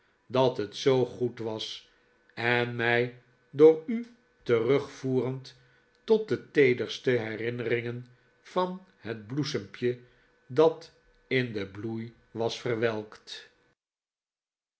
dat het zoo goed was en mij door u terugvoerend tot de teederste herinneringen van het bloesempje dat in den bloei was verwelkt